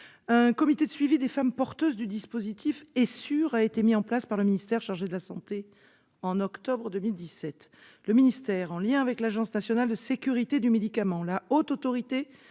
Un comité de suivi des femmes porteuses du dispositif Essure a été mis en place par le ministère chargé de la santé au mois d'octobre 2017. Le ministère, en lien avec l'Agence nationale de sécurité du médicament et des produits